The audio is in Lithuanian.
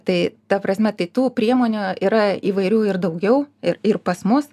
tai ta prasme tai tų priemonių yra įvairių ir daugiau ir ir pas mus